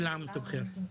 כל שנה ואתם בטוב.